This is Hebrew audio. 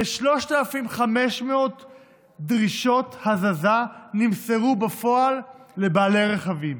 ו-3,500 דרישות הזזה נמסרו בפועל לבעלי רכבים.